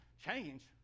change